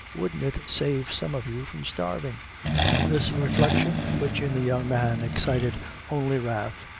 wouldn't it save some of you from starving this reflection, which in the young man excited only wrath,